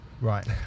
Right